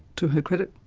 to her credit,